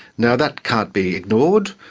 now, that can't be ignored.